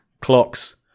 clocks